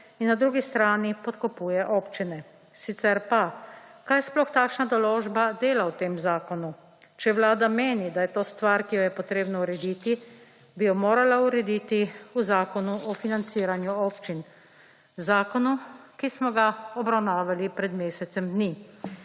in na drugi strani podkupuje občine, sicer pa, kaj sploh takšna določba dela v tem zakonu. Če Vlada meni, da je to stvar, ki jo je potrebno urediti, bi jo morala urediti v Zakonu o financiranju občin, zakonu, ki smo ga obravnavali pred mesecem dni.